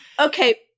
Okay